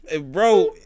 Bro